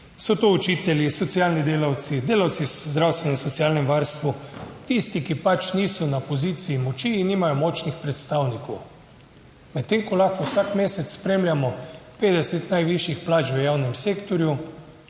So to, učitelji, socialni delavci, delavci v zdravstvu in socialnem varstvu. Tisti, ki pač niso na poziciji moči in nimajo močnih predstavnikov. Medtem ko lahko vsak mesec spremljamo 50 najvišjih plač v javnem sektorju,